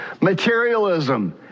Materialism